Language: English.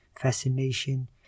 fascination